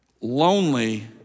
lonely